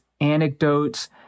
anecdotes